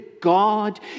God